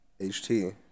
HT